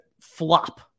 flop